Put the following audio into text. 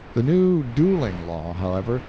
the new dueling law, however,